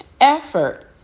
effort